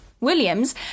williams